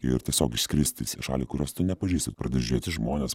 ir tiesiog išskristi į šalį kurios tu nepažįsti pradedi žiūrėti į žmones